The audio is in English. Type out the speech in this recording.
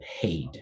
paid